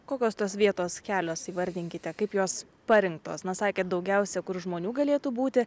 kokios tos vietos kelios įvardinkite kaip jos parinktos na sakėt daugiausia kur žmonių galėtų būti